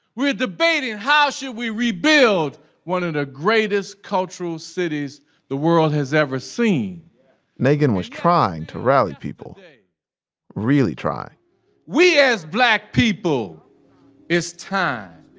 we're debating how should we rebuild one of the greatest cultural cities the world has ever seen nagin was trying to rally people. really trying we as black people it's time.